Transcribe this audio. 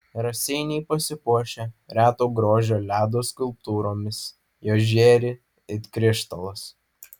raseiniai pasipuošė reto grožio ledo skulptūromis jos žėri it krištolas